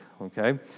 Okay